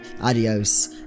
Adios